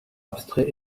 abstrait